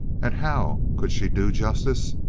and how could she do justice?